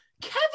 Kevin